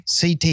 CT